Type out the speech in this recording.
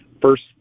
First